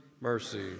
Mercy